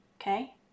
okay